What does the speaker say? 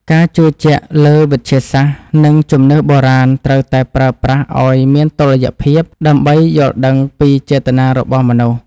ការជឿជាក់លើវិទ្យាសាស្ត្រនិងជំនឿបុរាណត្រូវតែប្រើប្រាស់ឱ្យមានតុល្យភាពដើម្បីយល់ដឹងពីចេតនារបស់មនុស្ស។